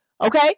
okay